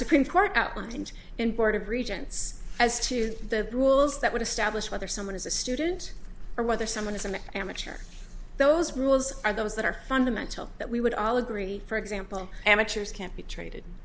supreme court outlined in board of regents as to the rules that would establish whether someone is a student or whether someone is an amateur those rules are those that are fundamental that we would all agree for example amateurs can't be traded